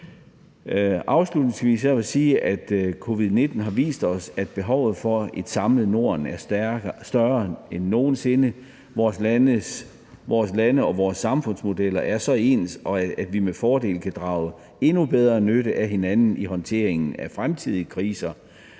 Afslutningsvis vil jeg sige, at covid-19 har vist os, at behovet for et samlet Norden er større end nogen sinde. Vores lande og vores samfundsmodeller er så ens, at vi med fordel kan drage endnu bedre nytte af hinanden i håndteringen af fremtidige kriser.